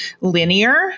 linear